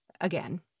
again